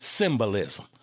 Symbolism